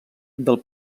del